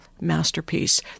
masterpiece